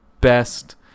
best